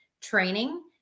training